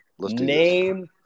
Name